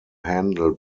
handled